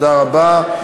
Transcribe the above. תודה רבה.